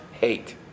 hate